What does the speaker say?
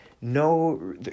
no